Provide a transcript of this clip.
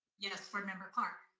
yes, board member clark.